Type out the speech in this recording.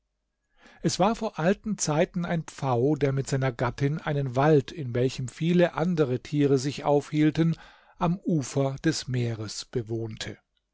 es war vor alten zeiten ein pfau der mit seiner gattin einen wald in welchem viele andere tiere sich aufhielten am ufer des meeres bewohnte